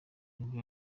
nibwo